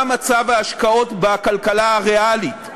מה מצב ההשקעות בכלכלה הריאלית.